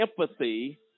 empathy